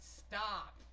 stop